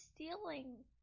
Stealing